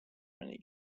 many